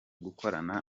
gukorana